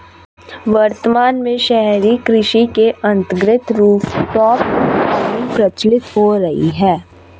वर्तमान में शहरी कृषि के अंतर्गत रूफटॉप फार्मिंग प्रचलित हो रही है